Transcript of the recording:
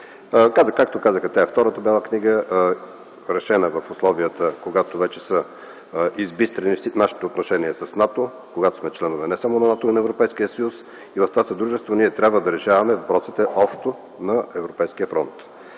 Както казаха, тя е втората Бяла книга, решена в условията, когато вече са избистрени нашите отношения с НАТО, когато сме членове не само на НАТО, но и на Европейския съюз. В това съдружество ние трябва да решаваме въпросите общо на европейския фронт.